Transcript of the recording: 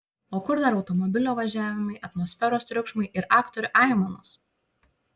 o kur dar automobilio važiavimai atmosferos triukšmai ir aktorių aimanos